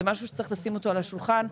זה דבר שצריך לשים על השולחן.